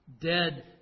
Dead